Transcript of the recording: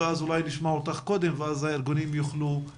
ונעשו המון מאמצים לשים דגש דווקא על האימהות הצעירות,